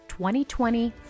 2020